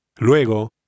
Luego